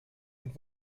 und